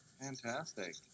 Fantastic